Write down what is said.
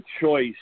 choice